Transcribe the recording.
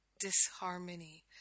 Disharmony